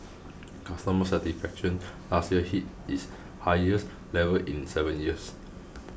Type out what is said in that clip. customer satisfaction last year hit its highest levels in seven years